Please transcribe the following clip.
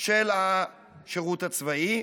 של השירות הצבאי,